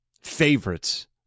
favorites